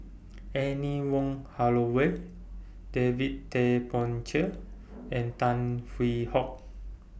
Anne Wong Holloway David Tay Poey Cher and Tan Hwee Hock